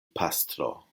pastro